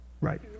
Right